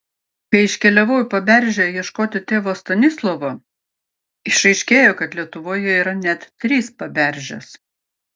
kai iškeliavau į paberžę ieškoti tėvo stanislovo išaiškėjo kad lietuvoje yra net trys paberžės